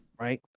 Right